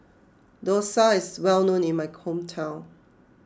Dosa is well known in my hometown